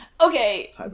okay